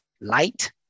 light